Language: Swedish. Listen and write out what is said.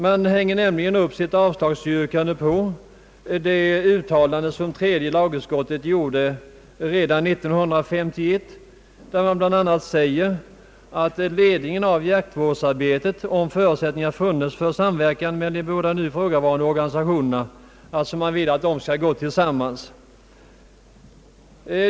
Man hänger nämligen upp sitt avslagsyrkande på det uttalande som tredje lagutskottet gjorde redan 1951 där man bl.a. sade att ökade grupper av jaktintresserade skulle kunna beredas inflytande på ledningen av jaktvårdsarbetet, om förutsättningar funnes för samverkan mellan de båda nu ifrågavarande organisationerna. Man vill alltså att de skall gå tillsammans.